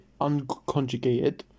unconjugated